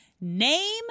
Name